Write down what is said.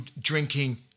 drinking